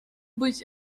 быть